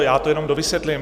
Já to jenom dovysvětlím.